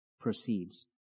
proceeds